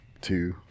two